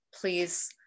please